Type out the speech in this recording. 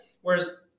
Whereas